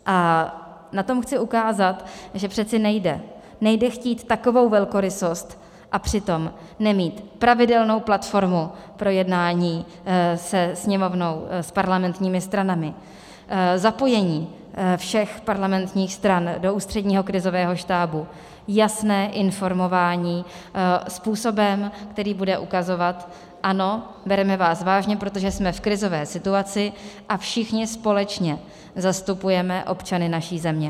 A na tom chci ukázat, že přece nejde, nejde chtít takovou velkorysost, a přitom nemít pravidelnou platformu pro jednání se Sněmovnou, s parlamentními stranami, zapojení všech parlamentních stran do Ústředního krizového štábu, jasné informování způsobem, který bude ukazovat ano, bereme vás vážně, protože jsme v krizové situaci a všichni společně zastupujeme občany naší země.